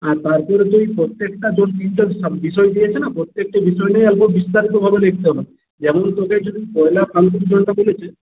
আর তারপরে তুই প্রত্যেকটা তোর তিনটে বিষয় দিয়েছে না প্রত্যেকটা বিষয়ে অল্প বিস্তারিত ভাবে লিখতে হবে যেমন তোদের যদি পয়লা ফাল্গুন যেটা বলেছে